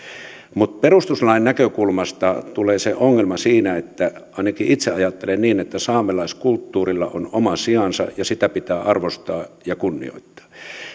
perustuslain näkökulmasta tulee tämä ongelma ainakin itse ajattelen niin että saamelaiskulttuurilla on oma sijansa ja sitä pitää arvostaa ja kunnioittaa